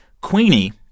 Queenie